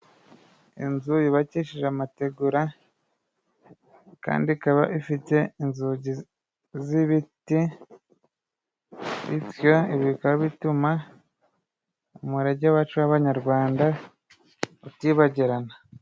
Inzu yubakishije amategura kandi ikaba ifite inzugi z'ibiti, bityo bikaba bituma umurage wacu w'abanyarwanda utibagirana.